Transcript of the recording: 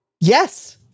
Yes